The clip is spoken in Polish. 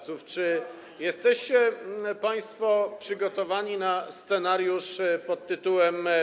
Czy jesteście państwo przygotowani na scenariusz pt. „Wybory”